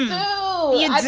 oh, yeah.